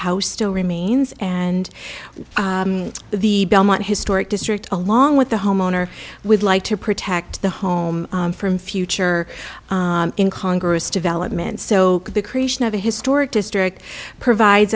house still remains and the belmont historic district along with the homeowner would like to protect the home from future in congress development so the creation of a historic district provide